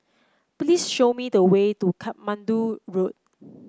please show me the way to Katmandu Road